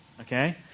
Okay